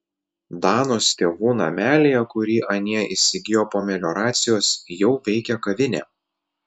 danos tėvų namelyje kurį anie įsigijo po melioracijos jau veikia kavinė